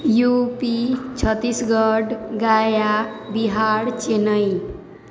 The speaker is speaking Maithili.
U P Chhattisgarh Gaya Bihar Chennai